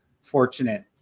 fortunate